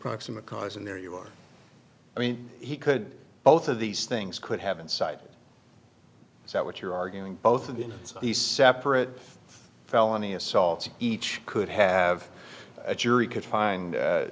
proximate cause and there you are i mean he could both of these things could have incited is that what you're arguing both in the separate felony assault each could have a jury could find